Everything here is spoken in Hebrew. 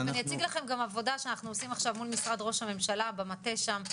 אני אציג לכם גם עבודה שאנחנו עושים עכשיו מול משרד ראש הממשלה במטה שם,